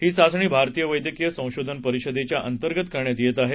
ही चाचणी भारतीय वैद्यकिय संशोधन परिषदेच्या अंतर्गत करण्यात येत आहे